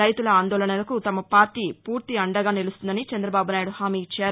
రైతుల ఆందోళనలకు తమ పార్టీ పూర్తి అండగా నిలుస్తుందని చందదబాబునాయుడు హామీ ఇచ్చారు